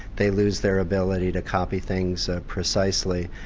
they lose their ability to copy things ah precisely,